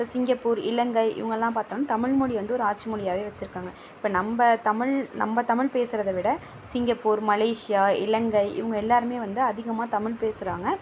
இப்போ சிங்கப்பூர் இலங்கை இவங்கள்லாம் பார்த்தோம்னா தமிழ்மொழியை வந்து ஒரு ஆட்சி மொழியாகவே வெச்சிருக்காங்க இப்போ நம்ம தமிழ் நம்ம தமிழ் பேசுகிறத விட சிங்கப்பூர் மலேஷியா இலங்கை இவங்க எல்லோருமே வந்து அதிகமாக தமிழ் பேசுகிறாங்க